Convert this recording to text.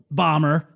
bomber